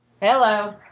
Hello